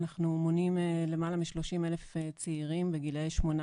אנחנו מונים למעלה מ-30 אלף צעירים בגילאי 18